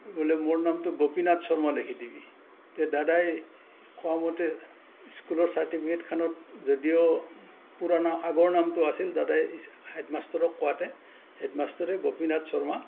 বোলে মোৰ নামটো গোপীনাথ শৰ্মা লেখি দিবি দাদাই কোৱা মতে স্কুলৰ চাৰ্টিফিকেটখনত যদিও পুৰণা আগৰ নামটো আছিল দাদাই হেডমাষ্টৰক কোৱাতে হেডমাষ্টৰে গোপীনাথ শৰ্মা